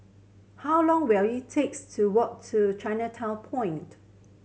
how long will it takes to walk to Chinatown Point